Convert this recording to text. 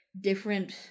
different